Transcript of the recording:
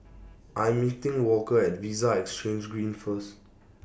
I'm meeting Walker At Vista Exhange Green First